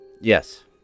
Yes